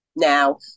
Now